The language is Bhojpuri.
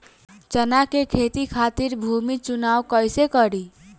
चना के खेती खातिर भूमी चुनाव कईसे करी?